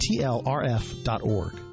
tlrf.org